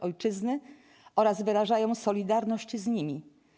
Ojczyzny oraz wyrażają solidarność z nimi.